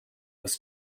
was